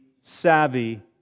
savvy